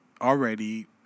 already